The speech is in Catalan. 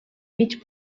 mig